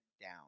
down